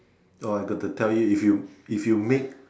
I got to tell you if you if you make